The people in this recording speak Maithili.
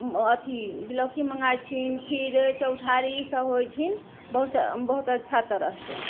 अथी बिलौकी मँगाइत छनि फिर चौठारी सब होइत छनि बहुत बहुत अच्छा तरहसँ